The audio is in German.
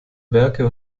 werke